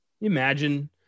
imagine